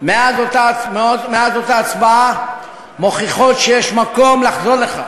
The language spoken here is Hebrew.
מאז אותה הצבעה מוכיחות שיש מקום לחזור לכך.